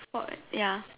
what ya